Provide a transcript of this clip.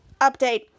Update